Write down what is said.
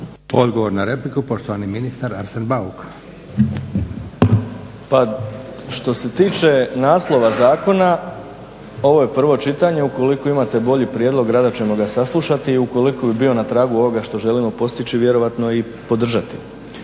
Odgovor na repliku poštovani ministar Arsen Bauk. **Bauk, Arsen (SDP)** Pa što se tiče naslova zakona ovo je prvo čitanje, ukoliko imate bolji prijedlog rado ćemo ga saslušati i ukoliko bi bio na tragu ovoga što želimo postići vjerojatno i podržati.